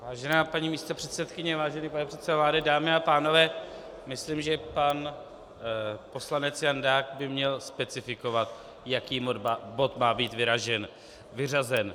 Vážená paní místopředsedkyně, vážený pane předsedo vlády, dámy a pánové, myslím, že pan poslanec Jandák by měl specifikovat, jaký bod má být vyřazen.